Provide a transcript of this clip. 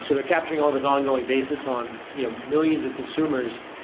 so they're capturing all this ongoing basis on you know millions of consumers.